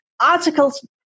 Articles